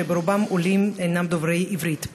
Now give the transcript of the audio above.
רובם עולים שאינם דוברי עברית.